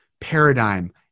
paradigm